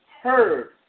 heard